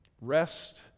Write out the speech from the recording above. Rest